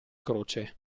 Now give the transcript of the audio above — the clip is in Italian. croce